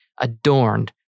adorned